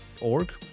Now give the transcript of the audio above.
org